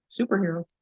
superhero